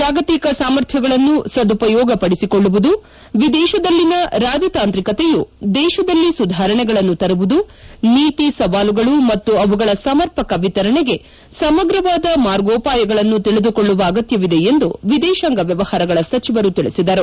ಜಾಗತಿಕ ಸಾಮರ್ಥ್ನಗಳನ್ನು ಸದುಪಯೋಗಪಡಿಸಿಕೊಳ್ಳುವುದು ವಿದೇಶದಲ್ಲಿನ ರಾಜತಾಂತ್ರಿಕತೆಯು ದೇಶದಲ್ಲಿ ಸುಧಾರಣೆಗಳನ್ನು ತರುವುದು ನೀತಿ ಸವಾಲುಗಳು ಮತ್ತು ಅವುಗಳ ಸಮರ್ಪಕ ವಿತರಣೆಗೆ ಸಮಗ್ರವಾದ ಮಾರ್ಗೋಪಾಯಗಳನ್ನು ತಿಳಿದುಕೊಳ್ಳುವ ಅಗತ್ತವಿದೆ ಎಂದು ವಿದೇತಾಂಗ ವ್ವವಹಾರಗಳ ಸಚಿವರು ತಿಳಿಸಿದರು